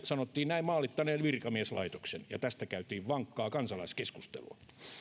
sanottiin näin maalittaneen virkamieslaitoksen ja tästä käytiin vankkaa kansalaiskeskustelua